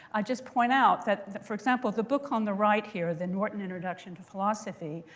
i just point out that, for example, the book on the right here, the norton introduction to philosophy,